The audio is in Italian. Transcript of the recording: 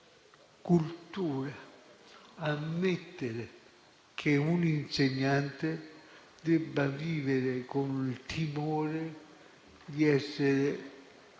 culturale, ammettere che un insegnante debba vivere con il timore di essere